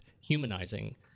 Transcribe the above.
humanizing